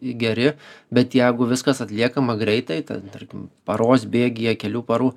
geri bet jeigu viskas atliekama greitai ten tarkim paros bėgyje kelių parų